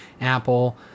apple